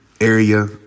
area